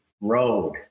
road